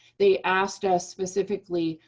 they asked us specifically,